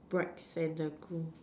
brides and the groom